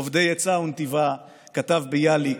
אובדי עצה ונתיבה" כתב ביאליק,